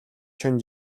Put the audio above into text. шөнө